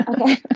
Okay